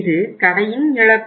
இது கடையின் இழப்பு